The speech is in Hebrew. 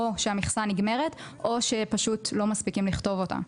או שהמכסה נגמרת או שפשוט לא מספיקים לכתוב אותה?